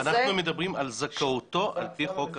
אנחנו מדברים על זכאותו על פי חוק השבות,